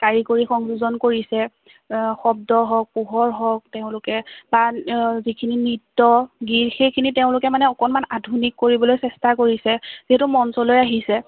কাৰিকৰী সংযোজন কৰিছে শব্দ হওক পোহৰ হওক তেওঁলোকে তাত যিখিনি নৃত্য গীত সেইখিনি তেওঁলোকে মানে অলণমান আধুনিক কৰিবলৈ চেষ্টা কৰিছে যিহেতু মঞ্চলৈ আহিছে